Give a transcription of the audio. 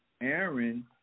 Aaron